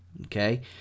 Okay